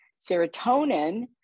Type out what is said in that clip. serotonin